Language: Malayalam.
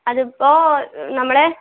അതിപ്പോൾ നമ്മളെ